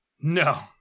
No